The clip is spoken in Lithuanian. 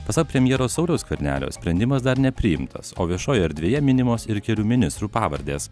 pasak premjero sauliaus skvernelio sprendimas dar nepriimtas o viešoj erdvėje minimos ir kelių ministrų pavardės